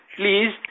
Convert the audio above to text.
please